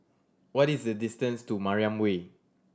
what is the distance to Mariam Way